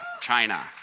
China